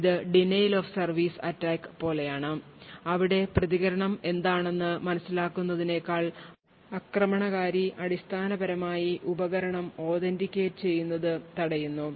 ഇത് Denial of Service Attack പോലെയാണ് അവിടെ പ്രതികരണം എന്താണെന്ന് മനസിലാക്കുന്നതിനേക്കാൾ ആക്രമണകാരി അടിസ്ഥാനപരമായി ഉപകരണം authenticate ചെയ്യുന്നത് തടയുന്നു